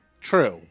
true